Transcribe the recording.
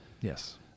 yes